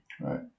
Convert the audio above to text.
Right